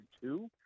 two